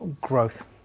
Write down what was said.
growth